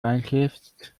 einschläfst